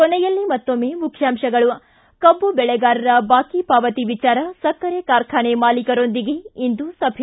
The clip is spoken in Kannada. ಕೊನೆಯಲ್ಲಿ ಮತ್ತೊಮ್ನೆ ಮುಖ್ಯಾಂಶಗಳು ಿಗಿ ಕಬ್ಲು ಬೆಳೆಗಾರರ ಬಾಕಿ ಪಾವತಿ ವಿಚಾರ ಸಕ್ಕರೆ ಕಾರ್ಖಾನೆ ಮಾಲಿಕರೊಂದಿಗೆ ಇಂದು ಸಭೆ